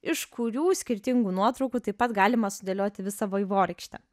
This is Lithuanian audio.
iš kurių skirtingų nuotraukų taip pat galima sudėlioti visą vaivorykštę